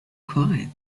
quite